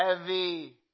heavy